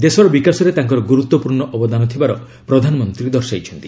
ଦେଶର ବିକାଶରେ ତାଙ୍କର ଗୁରୁତ୍ୱପୂର୍ଣ୍ଣ ଅବଦାନ ଥିବାର ପ୍ରଧାନମନ୍ତ୍ରୀ ଦର୍ଶାଇଛନ୍ତି